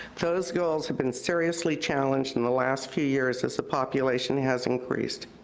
those goals have been seriously challenged in the last few years as the population has increased.